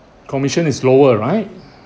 commission is lower right